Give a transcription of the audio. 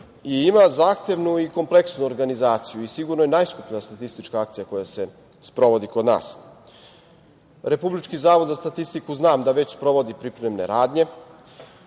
ima zahtevnu i kompleksnu organizaciju i sigurno je najskuplja statistička akcija koja se sprovodi i kod nas. Republički zavod za statistiku znam da već sprovodi pripremne radnje